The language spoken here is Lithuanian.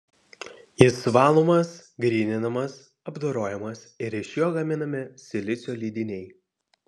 jis valomas gryninamas apdorojamas ir iš jo gaminami silicio lydiniai